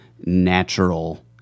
natural